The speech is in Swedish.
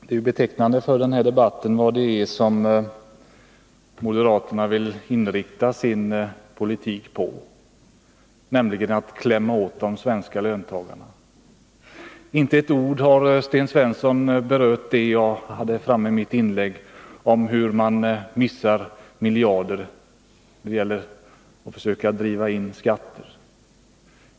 Herr talman! Den här debatten är betecknande för vad moderaterna vill inrikta sin politik på, nämligen att klämma åt de svenska löntagarna. Inte med ett ord har Sten'Svensson berört det jag tog fram i mitt inlägg om hur man missar miljarder när man försöker driva in skatter.